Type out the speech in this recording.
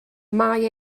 mae